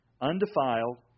undefiled